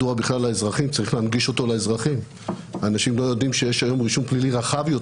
צריכים גם לתת לו איזה בסיס חוקי רחב יותר